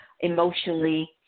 emotionally